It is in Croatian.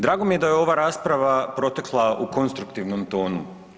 Drago mi je da je ova rasprava protekla u konstruktivnom tonu.